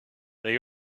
they